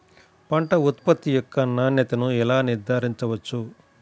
పంట ఉత్పత్తి యొక్క నాణ్యతను ఎలా నిర్ధారించవచ్చు?